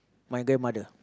my grandmother